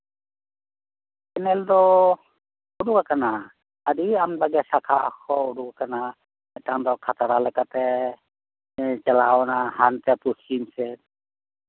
canal ᱫᱚ ᱩᱰᱩᱜ ᱟᱠᱟᱱᱟ ᱟᱹᱰᱤ ᱟᱢᱫᱟᱜᱮ ᱥᱟᱠᱷᱟ ᱠᱚ ᱩᱰᱩᱠ ᱠᱟᱱᱟ ᱢᱤᱫᱴᱟᱱ ᱫᱚ ᱠᱷᱟᱛᱲᱟ ᱞᱮᱠᱟᱛᱮ ᱪᱟᱞᱟᱣᱭᱮᱱᱟ ᱦᱟᱱᱛᱮ ᱯᱚᱥᱪᱷᱤᱢ ᱥᱮᱜ